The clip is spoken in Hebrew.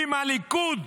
אם הליכוד,